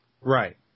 Right